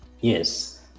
yes